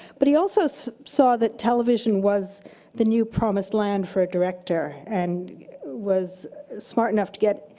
but he also saw saw that television was the new promised land for a director and was smart enough to get.